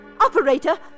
Operator